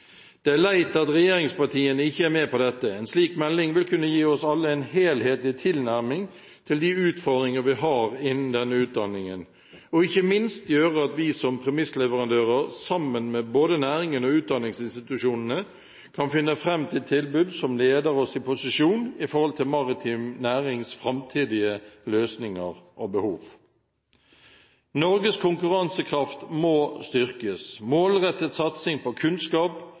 Det er leit at regjeringspartiene ikke er med på dette. En slik melding vil kunne gi oss alle en helhetlig tilnærming til de utfordringer vi har innen denne utdanningen, og ikke minst gjøre at vi som premissleverandører, sammen med både næringen og utdanningsinstitusjonene, kan finne fram til tilbud som leder oss i posisjon i forhold til maritim nærings framtidige løsninger og behov. Norges konkurransekraft må styrkes. Målrettet satsing på kunnskap,